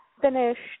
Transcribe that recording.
finished